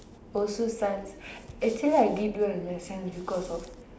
also science actually I didn't do well in my science because of